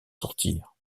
sortir